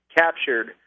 captured